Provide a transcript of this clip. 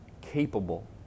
capable